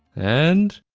and.